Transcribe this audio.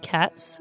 Cats